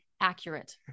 Accurate